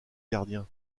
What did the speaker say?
gardien